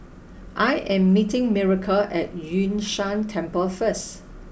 I am meeting Miracle at Yun Shan Temple first